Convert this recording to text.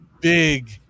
big